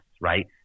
right